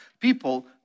People